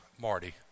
Marty